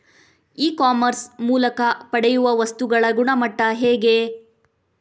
E commerce ಮೂಲಕ ಪಡೆಯುವ ವಸ್ತುಗಳ ಗುಣಮಟ್ಟ ಹೇಗೆ?